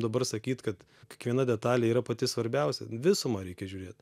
dabar sakyt kad kiekviena detalė yra pati svarbiausia visumą reikia žiūrėt